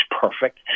perfect